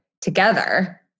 together